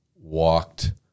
walked